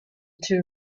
two